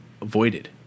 avoided